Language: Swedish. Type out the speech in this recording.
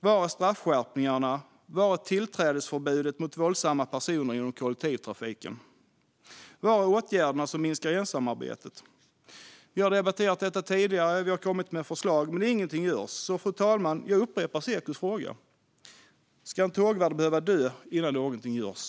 Var är straffskärpningarna? Var är tillträdesförbudet för våldsamma personer inom kollektivtrafiken? Var är åtgärderna som minskar ensamarbetet? Vi har debatterat detta tidigare och kommit med förslag, men inget görs. Därför, fru talman, upprepar jag Sekos fråga: Ska en tågvärd behöva dö innan något görs?